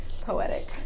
poetic